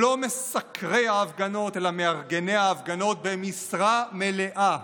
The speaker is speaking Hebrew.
לא מסקרי ההפגנות אלא מארגני ההפגנות במשרה מלאה.